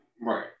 Right